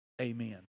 Amen